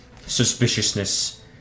suspiciousness